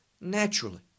naturally